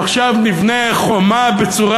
עכשיו נבנה חומה בצורה,